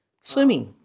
Swimming. (